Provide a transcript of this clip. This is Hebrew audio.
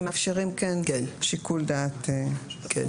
ומאפשרים כן שיקול דעת.